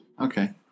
Okay